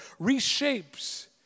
reshapes